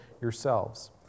yourselves